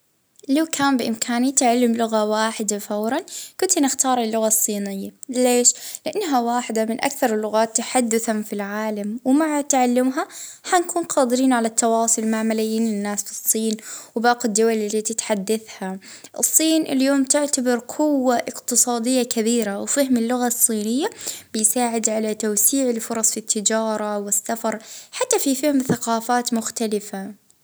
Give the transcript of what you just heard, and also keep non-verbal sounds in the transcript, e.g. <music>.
اه اللغة اليابانية <hesitation> نحب كيا ثقافتهم <hesitation> وزيادة يعني يسهلي التواصل مع التكنولوجيا والإنيماشن الياباني.